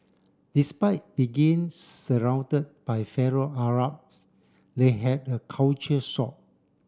despite begin surrounded by fellow Arabs we had a culture shock